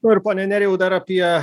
nu ir pone nerijau dar apie